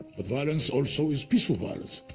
but violence also is peaceful violence.